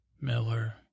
Miller